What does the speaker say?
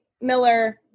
Miller